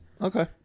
okay